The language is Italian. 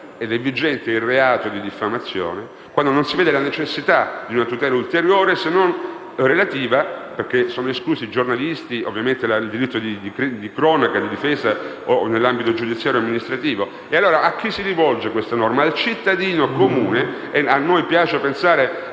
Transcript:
ed è vigente il reato di diffamazione, e non si vede la necessità di una tutela ulteriore, se non relativa, perché sono esclusi giornalisti, il diritto di cronaca o di difesa o nell'ambito giudiziario amministrativo. A chi si rivolge allora questa norma? Si rivolge al cittadino comune, e a noi piace pensare